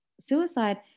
suicide